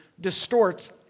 distorts